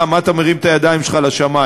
מה אתה מרים את הידיים שלך לשמים?